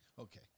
Okay